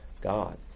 God